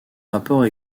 rapport